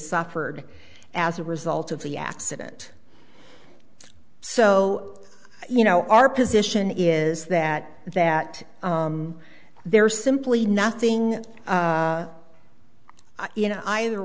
suffered as a result of the accident so you know our position is that that there's simply nothing you know either